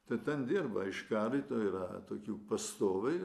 tai ten dirba iš karito yra tokių pastovai